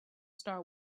star